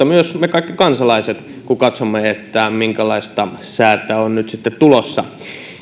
myös me kaikki kansalaiset kun katsomme että minkälaista säätä on nyt sitten tulossa